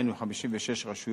היינו 56 רשויות,